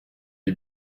est